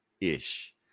ish